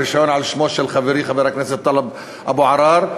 רישיון על שמו של חברי חבר הכנסת טלב אבו עראר,